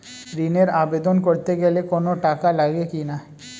ঋণের আবেদন করতে গেলে কোন টাকা লাগে কিনা?